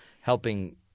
helping –